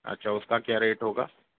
अच्छा उसका क्या रेट होगा